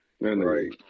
Right